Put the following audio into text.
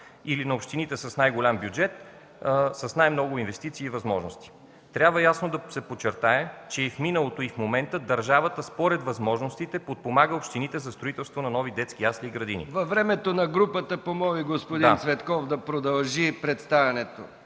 или на общините с най-голям бюджет и с най-много инвестиции и възможности. Трябва ясно да се подчертае, че в миналото и в момента държавата според възможностите подпомага общините за строителство на нови детски ясли и градини. ПРЕДСЕДАТЕЛ МИХАИЛ МИКОВ: Господин Цветков помоли да продължи представянето